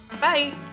Bye